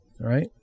right